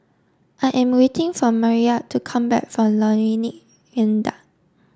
I am waiting for Mariyah to come back from Lornie Viaduct